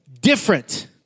Different